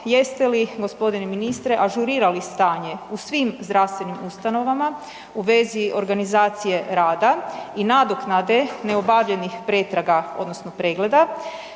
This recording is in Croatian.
jeste li gospodine ministre ažurirali stanje u svim zdravstvenim ustanovama u vezi organizacije rada i nadoknade ne obavljenih pretraga odnosno pregleda